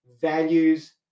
values